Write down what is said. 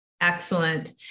Excellent